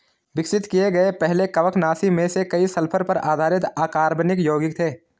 विकसित किए गए पहले कवकनाशी में से कई सल्फर पर आधारित अकार्बनिक यौगिक थे